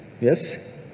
yes